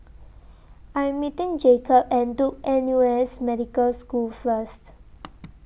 I Am meeting Jakob At Duke N U S Medical School First